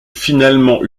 finalement